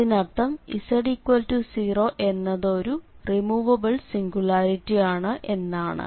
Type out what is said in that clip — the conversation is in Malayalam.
അതിനർത്ഥം z0 എന്നത് ഒരു റിമൂവബിൾ സിംഗുലാരിറ്റി ആണ് എന്നാണ്